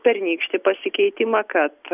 pernykštį pasikeitimą kad